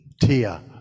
Tia